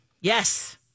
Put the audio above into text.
yes